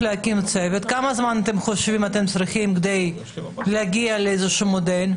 כמה זמן אתם חושבים שאתם צריכים כדי להגיע לאיזשהו מודל?